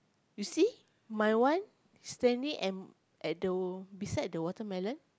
you see my one standing and at the beside the watermelon